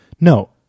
No